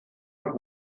und